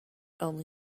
only